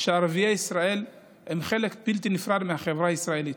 שערביי ישראל הם חלק בלתי נפרד מהחברה הישראלית.